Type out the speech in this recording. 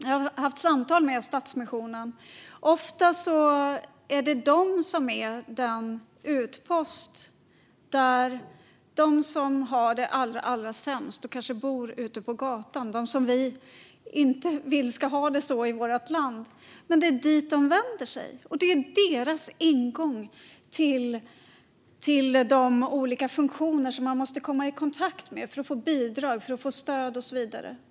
Jag har haft samtal med Stadsmissionen och fått höra att det ofta är de som är den utpost som de som har det allra, allra sämst i vårt land vänder sig till. Det är de som kanske bor ute på gatan, så som vi inte vill att någon ska ha det i vårt land. Stadsmissionen är deras ingång till de olika funktioner som man måste komma i kontakt med för att få bidrag, stöd och så vidare.